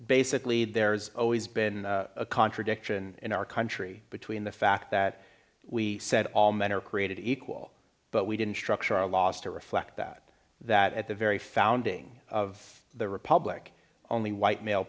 basically there's always been a contradiction in our country between the fact that we said all men are created equal but we didn't structure our laws to reflect that that at the very founding of the republic only white male